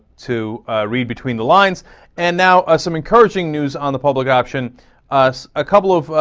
to read between the lines and now ah. some encouraging news on the public option us a couple of ah.